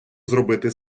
зробити